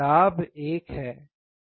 लाभ 1 है